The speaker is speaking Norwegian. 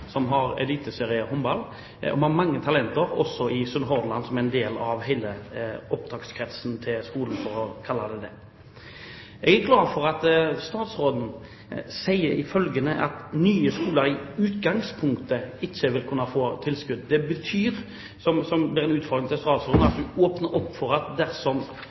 en del av hele opptakskretsen til skolen. Jeg er glad for at statsråden sier at nye skoler i utgangspunktet ikke vil kunne få tilskudd. Det betyr at det er en utfordring til statsråden at hun åpner opp for at dersom